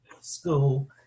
school